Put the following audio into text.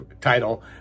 title